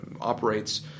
operates